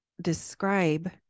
describe